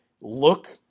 look